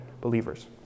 believers